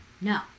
No